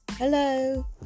Hello